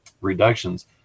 reductions